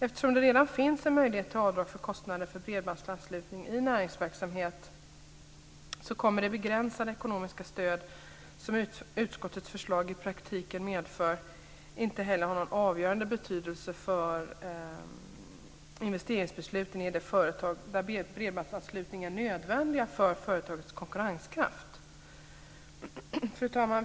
Eftersom det redan finns en möjlighet till avdrag för kostnader för bredbandsanslutning i näringsverksamhet kommer det begränsade ekonomiska stöd som utskottets förslag i praktiken medför inte heller att ha någon avgörande betydelse för investeringsbesluten i företag där bredbandsanslutning är nödvändig för företagens konkurrenskraft. Fru talman!